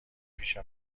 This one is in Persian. پیش